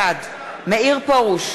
בעד מאיר פרוש,